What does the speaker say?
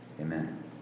Amen